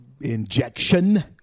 injection